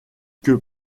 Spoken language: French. que